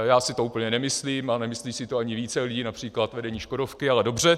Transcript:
Já si to úplně nemyslím, ale nemyslí si to ani více lidí, například vedení Škodovky, ale dobře.